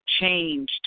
changed